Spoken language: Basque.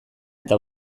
eta